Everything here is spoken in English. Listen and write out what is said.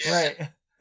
Right